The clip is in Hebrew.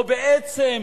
או בעצם